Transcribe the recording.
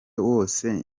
wose